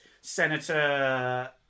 Senator